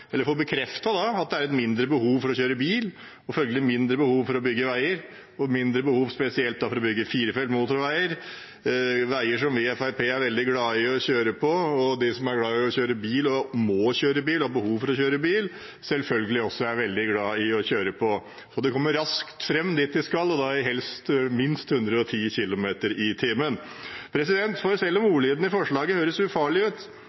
få bekreftet at det er et mindre behov for å kjøre bil og følgelig mindre behov for å bygge veier, spesielt et mindre behov for å bygge firefelts motorveier, veier som vi i Fremskrittspartiet er veldig glad i å kjøre på, og som de som er glad i å kjøre bil, som må kjøre bil, og har behov for å kjøre bil, selvfølgelig også er veldig glad i å kjøre på. De kommer raskt fram dit de skal, helst i minst 110 km/t. Selv om ordlyden i forslaget høres ufarlig ut,